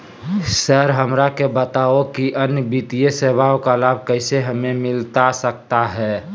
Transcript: Sir हमरा के बताओ कि अन्य वित्तीय सेवाओं का लाभ कैसे हमें मिलता सकता है?